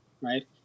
Right